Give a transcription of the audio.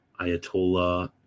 Ayatollah